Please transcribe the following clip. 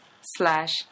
Slash